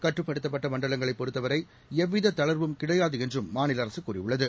கட்டுப்படுத்தப்பட்ட மண்டலங்களைப் பொறுத்தவரை எவ்வித தளர்வும் கிடையாது என்றும் மாநில அரசு கூறியுள்ளது